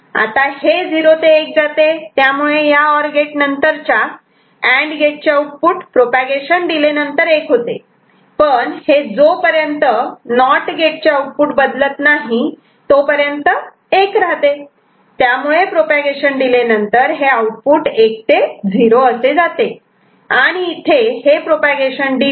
आता हे ' 0 ते 1' जाते त्यामुळे या ओर गेट नंतरच्या अँड गेट चे आउटपुट प्रोपागेशन डिले नंतर '1' होते पण हे जोपर्यंत नॉट गेट चे आउटपुट बदलत नाही तोपर्यंतच '1' राहते त्यामुळे प्रोपागेशन डिले नंतर हे आउटपुट '1 ते 0' असे जाते आणि इथे हे प्रोपागेशन डीले